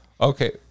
Okay